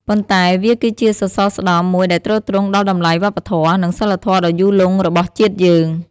ប៉ុន្តែវាគឺជា សរសរស្តម្ភ មួយដែលទ្រទ្រង់ដល់តម្លៃវប្បធម៌ និងសីលធម៌ដ៏យូរលង់របស់ជាតិយើង។